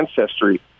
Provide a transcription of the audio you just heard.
ancestry